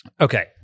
Okay